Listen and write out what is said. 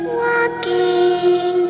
walking